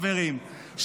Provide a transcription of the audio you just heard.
חברים,